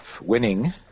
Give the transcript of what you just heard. winning